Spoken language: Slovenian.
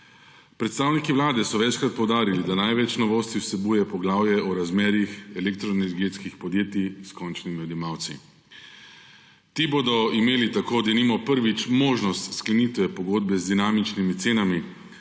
Predstavniki Vlade so večkrat poudarili, da največ novosti vsebuje poglavje o razmerjih elektroenergetskih podjetij s končnimi odjemalci. Ti bodo imeli tako prvič možnost sklenitve pogodbe z dinamičnimi cenami